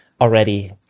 already